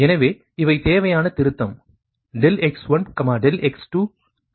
எனவே இவை தேவையான திருத்தம் ∆x1 ∆x2 ∆xn